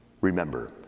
Remember